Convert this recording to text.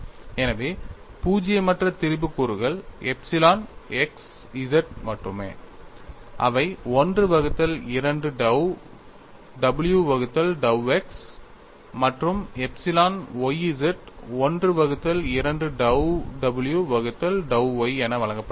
எனவே பூஜ்யமற்ற திரிபு கூறுகள் எப்சிலன் x z மட்டுமே அவை 1 வகுத்தல் 2 dou w வகுத்தல் dou x மற்றும் எப்சிலோன் y z 1 வகுத்தல் 2 dou w வகுத்தல் dou y என வழங்கப்படுகிறது